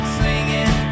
singing